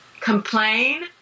complain